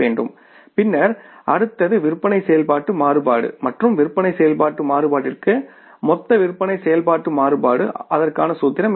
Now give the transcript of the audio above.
slide நேரம் 1904 ஐப் பார்க்கவும் பின்னர் அடுத்தது விற்பனை செயல்பாட்டு மாறுபாடு மற்றும் விற்பனை செயல்பாட்டு மாறுபாட்டிற்கு மொத்த விற்பனை செயல்பாட்டு மாறுபாடு ஆகும் அதற்கான சூத்திரம் என்ன